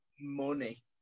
money